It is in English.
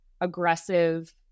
aggressive